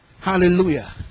Hallelujah